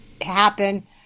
happen